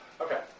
Okay